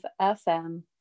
FM